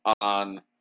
on